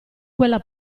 quella